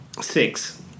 Six